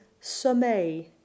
sommeil